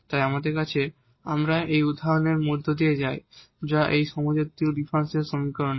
তাই আমাদের আছে সুতরাং আমরা এই উদাহরণের মধ্য দিয়ে যাই যা এই হোমোজিনিয়াস ডিফারেনশিয়াল সমীকরণের